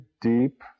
deep